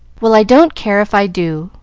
well, i don't care if i do,